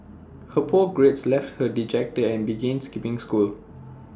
her poor grades left her dejected and began skipping school